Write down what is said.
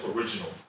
original